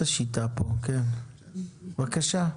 בבקשה.